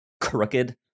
crooked